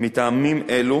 מטעמים אלו